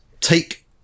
take